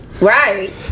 Right